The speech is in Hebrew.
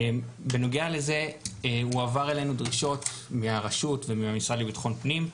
בנוגע לזה הועברו אלינו דרישות מהרשות ומהמשרד לביטחון פנים,